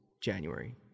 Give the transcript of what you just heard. January